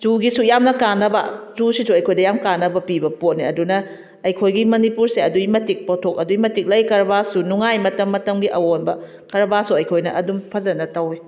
ꯆꯨꯒꯤꯁꯨ ꯌꯥꯝꯅ ꯀꯥꯟꯅꯕ ꯆꯨꯁꯤꯁꯨ ꯑꯩꯈꯣꯏꯗ ꯌꯥꯝ ꯀꯥꯟꯅꯕ ꯄꯤꯕ ꯄꯣꯠꯅꯤ ꯑꯗꯨꯅ ꯑꯩꯈꯣꯏꯒꯤ ꯃꯅꯤꯄꯨꯔꯁꯦ ꯑꯗꯨꯛꯀꯤ ꯃꯇꯤꯛ ꯄꯣꯊꯣꯛ ꯑꯗꯨꯛꯀꯤ ꯃꯇꯤꯛ ꯂꯩ ꯀꯔꯕꯥꯔꯁꯨ ꯅꯨꯡꯉꯥꯏ ꯃꯇꯝ ꯃꯇꯝꯒꯤ ꯑꯑꯣꯟꯕ ꯀꯔꯕꯥꯔꯁꯨ ꯑꯩꯈꯣꯏꯅ ꯑꯗꯨꯝ ꯐꯖꯅ ꯇꯧꯏ